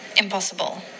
impossible